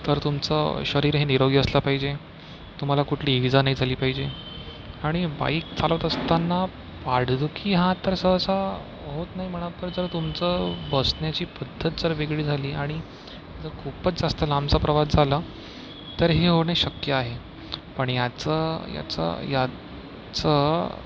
तर तुमचं शरीर हे निरोगी असलं पाहिजे तुम्हाला कुठली इजा नाही झाली पाहिजे आणि बाईक चालवत असताना पाठदुखी हा तर सहसा होत नाही म्हणा पण जर तुमचं बसण्याची पद्धत जर वेगळी झाली आणि जर खूपच जास्त लांबचा प्रवास झाला तर हे होणे शक्य आहे पण याचं याचं याचं